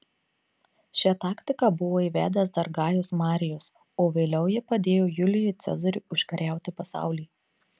šią taktiką buvo įvedęs dar gajus marijus o vėliau ji padėjo julijui cezariui užkariauti pasaulį